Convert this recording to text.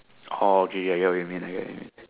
oh okay okay I get what you mean I get what you mean